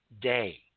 day